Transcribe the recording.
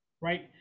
right